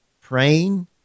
praying